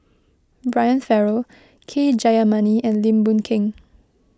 Brian Farrell K Jayamani and Lim Boon Keng